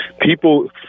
People